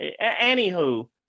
anywho